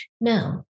No